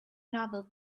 novel